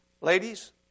ladies